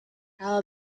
how